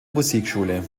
musikschule